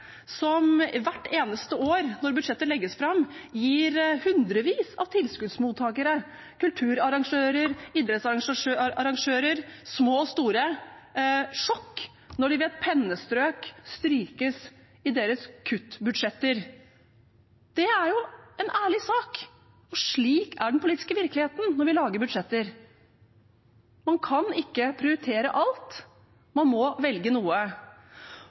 som hvert eneste år når budsjettet legges fram, gir hundrevis av tilskuddsmottakere – kulturarrangører, idrettsarrangører, små og store – sjokk når de med et pennestrøk strykes i deres kuttbudsjetter. Det er jo en ærlig sak, og slik er den politiske virkeligheten når vi lager budsjetter. Man kan ikke prioritere alt, man må velge noe.